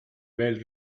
veel